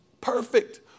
perfect